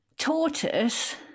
Tortoise